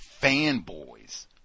fanboys